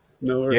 No